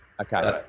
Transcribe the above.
okay